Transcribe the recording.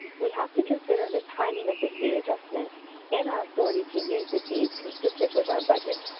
we have to consider the timing of the fee adjustments and our authority to use the fees consistent with our budget.